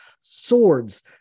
Swords